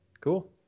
cool